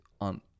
on